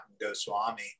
Goswami